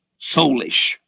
soulish